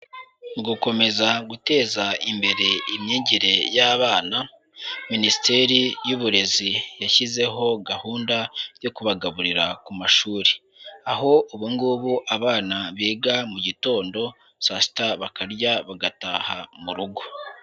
Mu gukomeza guteza imbere imyigire y'abana, Minisiteri y'Uburezi yashyizeho gahunda yo kubagaburira ku mashuri, aho ubu ngubu abana biga mu gitondo, saa sita bakarya bagataha mu rugo.